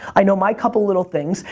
i know my couple little things,